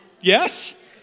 yes